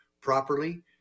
properly